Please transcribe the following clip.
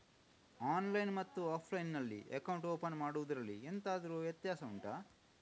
online ಮತ್ತು offline ನಲ್ಲಿ account open ಮಾಡುವುದರಲ್ಲಿ ಎಂತಾದರು ವ್ಯತ್ಯಾಸ ಉಂಟಾ